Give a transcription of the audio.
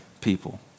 people